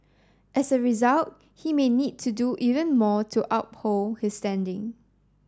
as a result he may need to do even more to uphold his standing